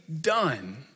done